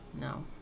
no